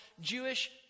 Jewish